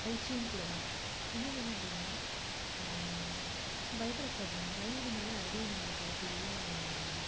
பயிற்சியும் கூட தான் இன்னொன்னு என்ன அப்படின்னா பயப்படக்கூடாதுங்க பயம் இருந்தாலே அதுவே நம்மளுக்கு ஒரு பெரிய